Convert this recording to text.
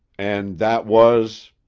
and that was?